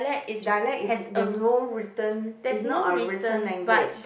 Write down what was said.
dialect is the no written it's not a written language